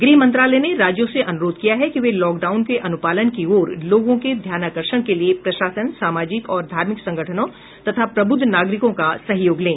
गृह मंत्रालय ने राज्यों से अनुरोध किया है कि वे लॉकडाउन के अनुपालन की ओर लोगों के ध्यानाकर्षण के लिए प्रशासन सामाजिक और धार्मिक संगठनों तथा प्रबुद्ध नागरिकों का सहयोग लें